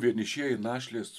vienišieji našlės